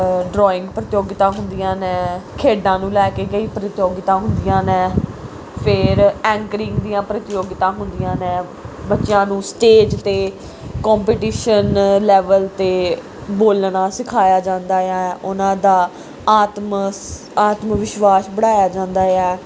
drawing ਪ੍ਰਤਿਯੋਗਤਾ ਹੁੰਦੀਆਂ ਨੇ ਖੇਡਾਂ ਨੂੰ ਲੈ ਕੇ ਕਈ ਪ੍ਰਤਿਯੋਗਤਾ ਹੁੰਦੀਆਂ ਨੇ ਫਿਰ ਐਂਕਰਿੰਗ ਦੀਆਂ ਪ੍ਰਤਿਯੋਗਤਾ ਹੁੰਦੀਆਂ ਨੇ ਬੱਚਿਆਂ ਨੂੰ ਸਟੇਜ 'ਤੇ ਕੰਪੀਟੀਸ਼ਨ ਲੈਵਲ 'ਤੇ ਬੋਲਣਾ ਸਿਖਾਇਆ ਜਾਂਦਾ ਆ ਉਹਨਾਂ ਦਾ ਆਤਮ ਸ ਆਤਮ ਵਿਸ਼ਵਾਸ ਵਧਾਇਆ ਜਾਂਦਾ ਆ